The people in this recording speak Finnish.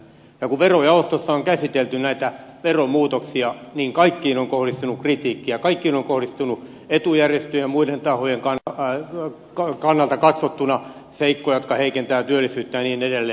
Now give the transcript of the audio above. ja kun verojaostossa on käsitelty näitä veromuutoksia niin kaikkiin on kohdistunut kritiikkiä kaikkiin on kohdistunut etujärjestöjen ja muiden tahojen kannalta katsottuna seikkoja jotka heikentävät työllisyyttä ja niin edelleen